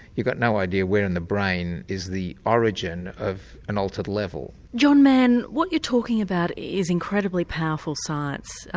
you've got no idea where in the brain is the origin of an altered level. john mann, what you're talking about is incredibly powerful science,